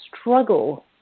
struggle